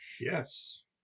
Yes